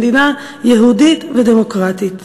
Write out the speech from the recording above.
מדינה יהודית ודמוקרטית.